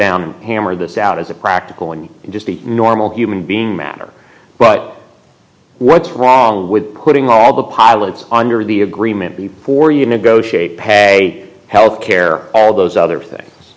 and hammer this out as a practical and just the normal human being matter but what's wrong with putting all the pilots under the agreement before you negotiate pay health care all those other things